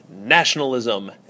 nationalism